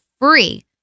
free